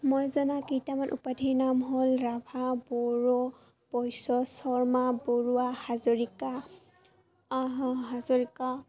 মই জনা কেইটামান উপাধি নাম হ'ল ৰাভা বড়ো বৈশ্য শৰ্মা বৰুৱা হাজৰিকা হাজৰিকা